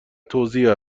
توزیع